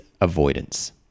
avoidance